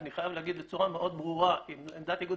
אני חייב להגיד בצורה מאוד ברורה כי עמדת איגוד